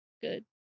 Good